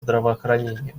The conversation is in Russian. здравоохранения